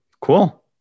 Cool